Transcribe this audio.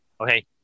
Okay